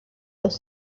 los